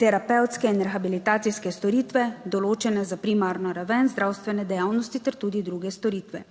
terapevtske in rehabilitacijske storitve, določene za primarno raven zdravstvene dejavnosti ter tudi druge storitve.